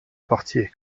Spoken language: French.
portier